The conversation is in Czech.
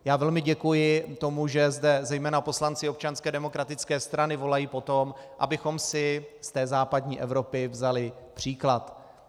Já velmi děkuji tomu, že zde zejména poslanci Občanské demokratické strany volají po tom, abychom si ze západní Evropy vzali příklad.